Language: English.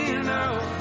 enough